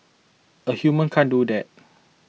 a human can't do that